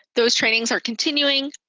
those trainings are continuing,